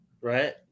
right